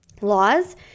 laws